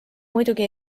muidugi